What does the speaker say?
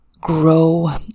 grow